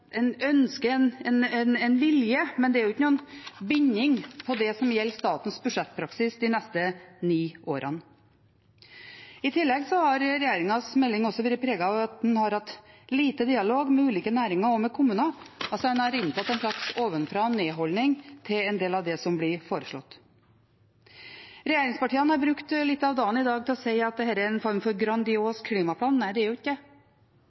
vilje, men den kan ikke binde opp det som gjelder statens budsjettpraksis de neste ni årene. I tillegg har regjeringens melding også vært preget av at en har hatt lite dialog med ulike næringer og med kommuner. En har inntatt en slags ovenfra og ned-holdning til en del av det som blir foreslått. Regjeringspartiene har brukt litt av dagen i dag til å si at dette er en form for grandios klimaplan. Nei, det er ikke det.